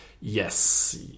yes